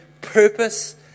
purpose